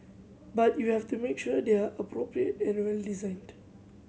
but you have to make sure they're appropriate and well designed